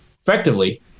effectively